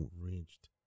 reached